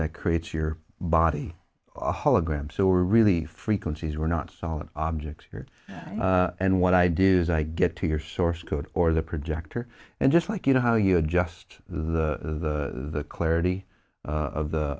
that creates your body a hologram so we're really frequencies we're not solid objects here and what ideas i get to your source code or the projector and just like you know how you adjust the clarity of the